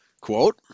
Quote